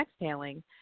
exhaling